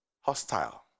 hostile